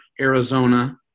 Arizona